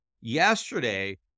yesterday